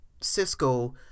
Cisco